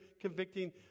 convicting